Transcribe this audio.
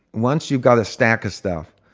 once you've got a stack of stuff,